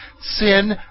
Sin